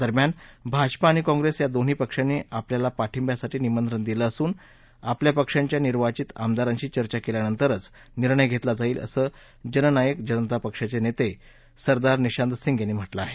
दरम्यान भाजपा आणि काँग्रेस या दोन्ही पक्षांनी आपल्याला पाठिंब्यासाठी निमंत्रण दिलं असून आपल्या पक्षांच्या निर्वाचित आमदारांशी चर्चा केल्यानंतरच निर्णय घेतला जाईल असं जननायक जनता पक्षाचे नेते सरदार निशांत सिंग यांनी सांगितलं